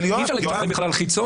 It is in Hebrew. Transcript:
אי-אפשר להגיד שאנחנו חיים בחלל חיצון.